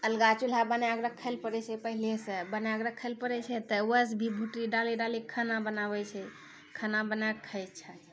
अलगा चूल्हा बना कऽ रखय लेल पड़ै छै पहिनेसँ बना कऽ रखय लेल पड़ै छै तऽ ओहिसँ भी भुटरी डालि डालि कऽ खाना बनाबै छै खाना बना कऽ खाइ छै